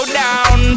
down